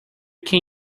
can